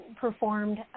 performed